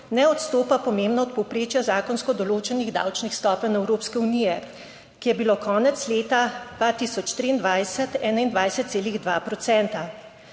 ne odstopa pomembno od povprečja zakonsko določenih davčnih stopenj Evropske unije, ki je bilo konec leta 2023 21,2